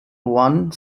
one